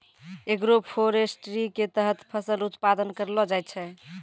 agroforestry के तहत फसल उत्पादन करलो जाय छै